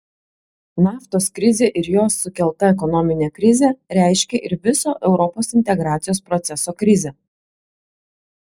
naftos krizė ir jos sukelta ekonominė krizė reiškė ir viso europos integracijos proceso krizę